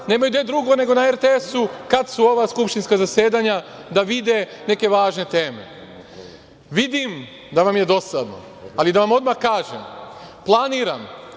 nemaju gde drugo nego na RTS-u kada su ova skupštinska zasedanja da vide neke važne teme. Vidim da vam je dosadno, ali da vam odmah kažem da planiram